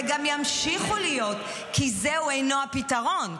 וגם ימשיכו להיות, כי זה אינו הפתרון.